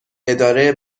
اداره